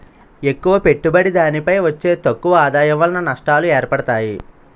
ఎక్కువ పెట్టుబడి దానిపై వచ్చే తక్కువ ఆదాయం వలన నష్టాలు ఏర్పడతాయి